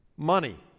money